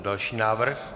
Další návrh.